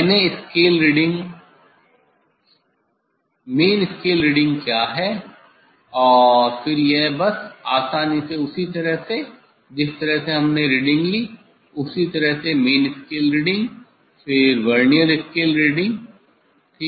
main scale reading क्या है और फिर यह बस आसानी से उसी तरह से जिस तरह से हमने रीडिंग ली संदर्भ समय 3126 उसी तरह से मेन स्केल रीडिंग फिर वर्नियर स्केल रीडिंग ठीक है